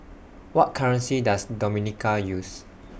What currency Does Dominica use